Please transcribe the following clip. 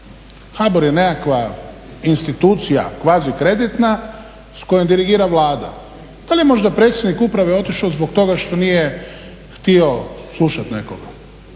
HBOR je nekakva institucija kvazi kreditna s kojom dirigira Vlada. Da li je možda predsjednik uprave otišao zbog toga što nije htio slušati nekoga?